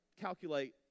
calculate